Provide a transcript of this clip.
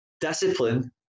discipline